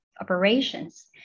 operations